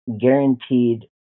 guaranteed